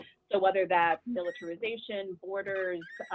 so whether that's militarization, borders,